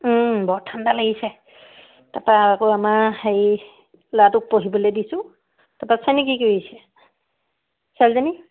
বৰ ঠাণ্ডা লাগিছে তাপা আকৌ আমাৰ হেৰি ল'ৰাটোক পঢ়িবলে দিছোঁ তাপা